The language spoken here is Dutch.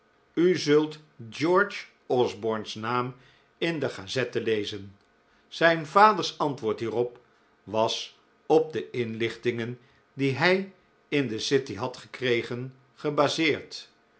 u zult george osborne's naam in de gazette lezen zijn vaders antwoord hierop was op de inlichtingen die hij in de city had gekregen gebaseerd